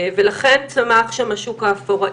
ולכן צמח שם השוק האפור.